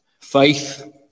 faith